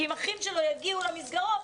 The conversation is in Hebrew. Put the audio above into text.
אם האחים שלו יגיעו למסגרות,